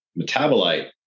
metabolite